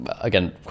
again